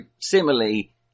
similarly